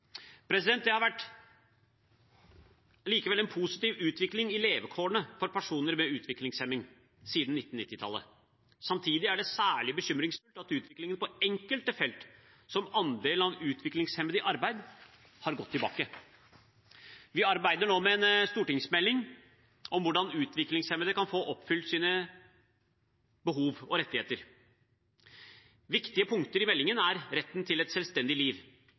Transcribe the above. Det har likevel vært en positiv utvikling i levekårene for personer med utviklingshemming siden 1990-tallet. Samtidig er det særlig bekymringsfullt at utviklingen på enkelte felt, som andel av utviklingshemmede i arbeid, har gått tilbake. Vi arbeider nå med en stortingsmelding om hvordan utviklingshemmede kan få oppfylt sine behov og rettigheter. Viktige punkter i meldingen er retten til et selvstendig liv,